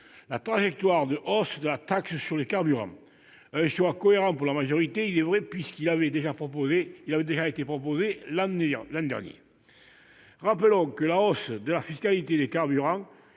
la trajectoire de hausse de la taxe sur les carburants. Ce choix est cohérent pour la majorité, il est vrai, puisqu'il avait déjà été proposé l'an dernier. Rappelons que la hausse de la fiscalité des carburants,